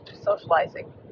Socializing